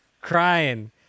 crying